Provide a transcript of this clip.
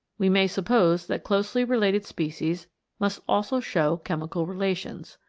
we may suppose that closely related species must also show chemical relations.